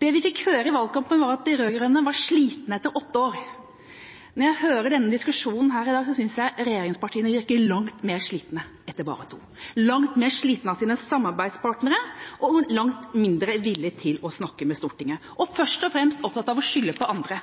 Det vi fikk høre i valgkampen, var at de rød-grønne var slitne etter åtte år. Når jeg hører denne diskusjonen her i dag, synes jeg regjeringspartiene virker langt mer slitne etter bare to år, langt mer slitne av sine samarbeidspartnere og langt mindre villig til å snakke med Stortinget, og først og fremst opptatt av å skylde på andre.